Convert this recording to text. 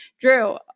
Drew